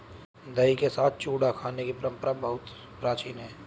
दही के साथ चूड़ा खाने की परंपरा बहुत प्राचीन है